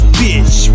bitch